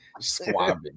squabbing